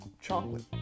Chocolate